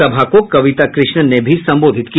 सभा को कविता कृष्णन ने भी संबोधित किया